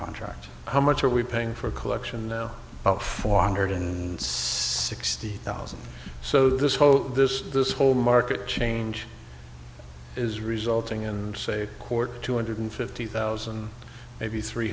contract how much are we paying for collection now about four hundred and sixty thousand so this whole this this whole market change is resulting in say core two hundred fifty thousand maybe three